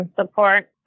support